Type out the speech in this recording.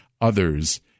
others